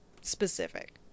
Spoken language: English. specific